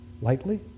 lightly